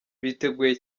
biteguye